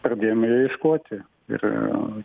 pradėjome jo ieškoti ir